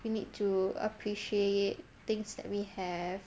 you need to appreciate things that we have